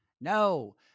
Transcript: No